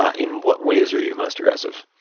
ah in what ways are you most aggressive?